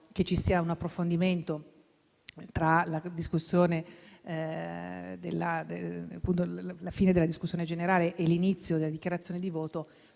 che ci sia un approfondimento, tra la fine della discussione generale e l'inizio delle dichiarazioni di voto,